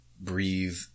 breathe